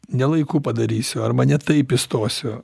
ne laiku padarysiu arba ne taip įstosiu